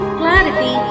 clarity